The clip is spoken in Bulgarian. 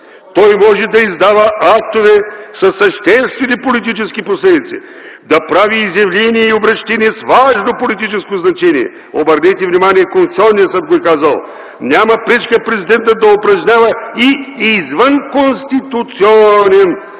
Той може да издава актове със съществени политически последици, да прави изявления и обръщения с важно политическо значение”. Обърнете внимание, Конституционният съд го е казал – „Няма пречка президентът да упражнява и извън конституционна